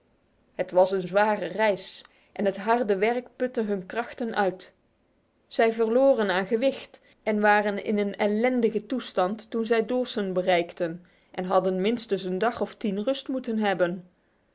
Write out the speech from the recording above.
het was een zware reis en het harde werk putte hun krachten uit zij verloren aan gewicht en waren in een ellendige toestand toen zij dawson bereikten en hadden minstens een dag of tien rust moeten hebben